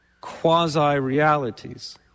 quasi-realities